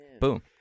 Boom